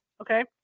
okay